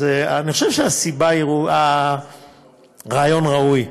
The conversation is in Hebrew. אז אני חושב שהרעיון ראוי.